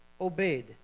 obeyed